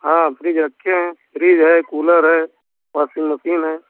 हाँ फ्रिज रखे हैं फ्रिज है कूलर है वॉसिंग मसीन है